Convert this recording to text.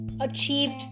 achieved